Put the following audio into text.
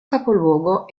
capoluogo